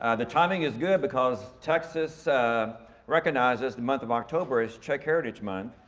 the timing is good because texas recognizes the month of october, as czech heritage month.